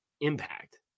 impact